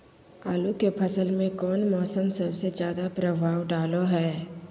आलू के फसल में कौन मौसम सबसे ज्यादा प्रभाव डालो हय?